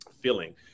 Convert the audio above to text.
feeling